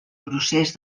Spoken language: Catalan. procés